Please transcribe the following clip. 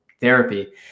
therapy